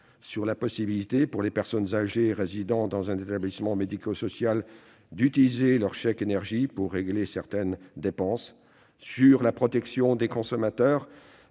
sur la possibilité pour les personnes âgées résidant dans un établissement médico-social d'utiliser leur chèque énergie pour régler certaines dépenses ; sur la protection des consommateurs